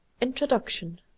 Introduction